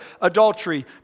Adultery